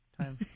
time